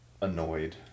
annoyed